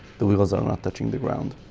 the wheels are not touching the ground.